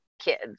kids